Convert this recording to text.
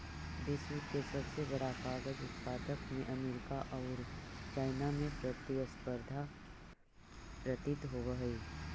विश्व के सबसे बड़ा कागज उत्पादक में अमेरिका औउर चाइना में प्रतिस्पर्धा प्रतीत होवऽ हई